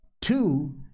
Two